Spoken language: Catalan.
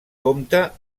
compta